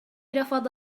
رفض